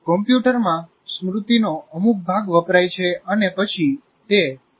computer માં સ્મૃતિનો અમુક ભાગ વપરાય છે અને પછી તે સી